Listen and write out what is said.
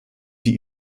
die